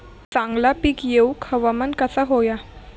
चांगला पीक येऊक हवामान कसा होया?